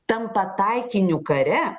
tampa taikiniu kare